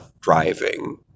driving